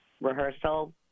rehearsal